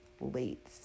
Late